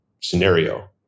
scenario